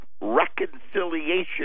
Reconciliation